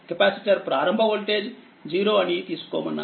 capacitor ప్రారంభ voltage 0 అని తీసుకోమన్నారు